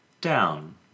down